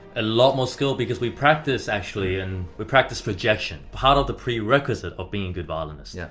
a lot more skills because we practice actually in. we practice projection. part of the prerequisite of being good violinists. yeah